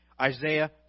Isaiah